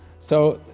so,